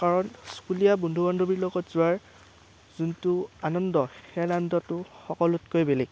কাৰণ স্কুলীয়া বন্ধু বান্ধৱীৰ লগত যোৱাৰ যোনটো আনন্দ সেই আনন্দটো সকলোতকৈ বেলেগ